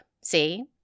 See